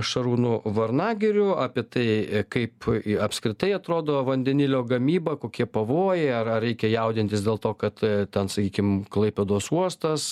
šarūnu varnagiriu apie tai kaip apskritai atrodo vandenilio gamyba kokie pavojai ar ar reikia jaudintis dėl to kad ten sakykim klaipėdos uostas